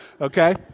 okay